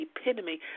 epitome